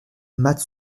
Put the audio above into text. matt